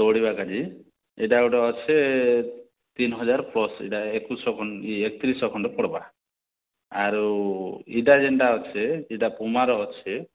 ଦଉଡ଼ିବା କାଜି ଏଇଟା ଗୋଟେ ଅଛେ ତିନ୍ ହଜାର୍ ସ୍ପୋଟ୍ସ୍ ଏଇଟା ଏକୋଇଶ୍ ଏକତିରିଶ୍ ଖଣ୍ଡେ ପଡ଼୍ବା ଆରୁ ଏଇଟା ଯେନ୍ତା ଅଛେ ଏଇଟା ପୁମାର ଅଛେ